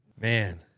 Man